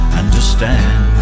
understand